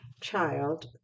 Child